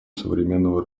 современного